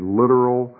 literal